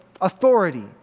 authority